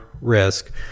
risk